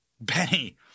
Benny